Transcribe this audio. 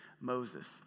Moses